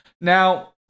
Now